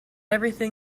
everything